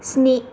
स्नि